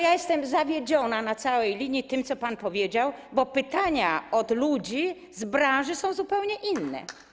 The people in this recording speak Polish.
Jestem zawiedziona na całej linii tym, co pan powiedział, bo pytania od ludzi z branży są zupełnie inne.